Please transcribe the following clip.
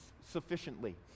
sufficiently